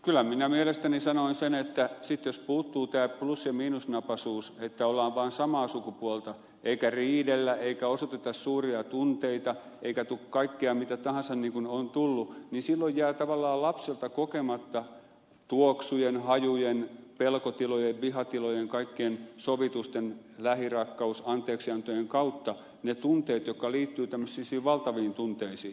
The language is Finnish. kyllä minä mielestäni sanoin sen että sitten jos puuttuu tämä plus ja miinusnapaisuus ollaan vaan samaa sukupuolta eikä riidellä eikä osoiteta suuria tunteita eikä tule kaikkea mitä tahansa niin kuin on tullut niin silloin jää tavallaan lapselta kokematta tuoksujen hajujen pelkotilojen vihatilojen kaikkien sovitusten lähirakkausanteeksiantojen kautta ne tunteet jotka liittyvät tämmöisiin valtaviin tunteisiin